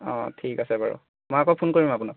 অঁ ঠিক আছে বাৰু মই আকৌ ফোন কৰিম আপোনাক